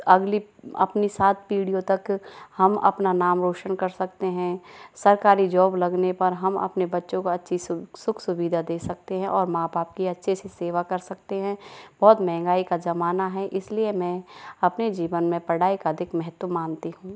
अगली अपनी सात पीढ़ियों तक हम अपना नाम रौशन कर सकते हैं सरकारी जॉब लगने पर हम अपने बच्चों को अच्छी सुख सुविधा दे सकते हैं और माँ बाप की अच्छे से सेवा कर सकते हैं बहुत महंगाई का ज़माना है इसलिए मैं अपने जीवन में पढ़ाई का अधिक महत्व मानती हूँ